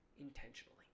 intentionally